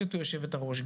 גברתי יושבת הראש,